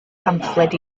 pamffled